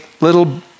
little